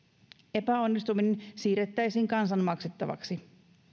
epäonnistuminen siirrettäisiin kansan maksettavaksi